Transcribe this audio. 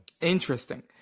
Interesting